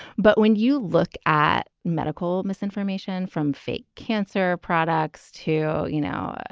but when you look at medical misinformation from fake cancer products to, you know,